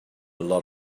lot